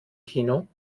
kino